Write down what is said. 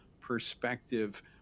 perspective